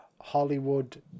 Hollywood